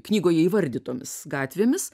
knygoje įvardytomis gatvėmis